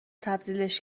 تبدیلش